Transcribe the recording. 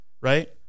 right